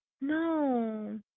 No